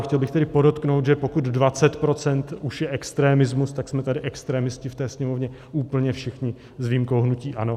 Chtěl bych tedy podotknout, že pokud 20 % už je extremismus, tak jsme tady extremisti ve Sněmovně úplně všichni, s výjimkou hnutí ANO.